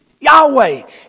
Yahweh